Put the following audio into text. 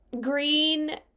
green